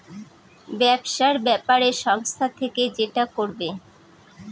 ব্যবসার ব্যাপারে সংস্থা থেকে যেটা করবে